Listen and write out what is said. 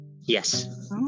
Yes